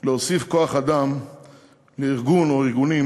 להוסיף כוח-אדם לארגון או ארגונים